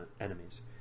enemies